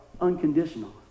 Unconditional